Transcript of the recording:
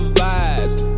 vibes